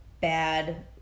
bad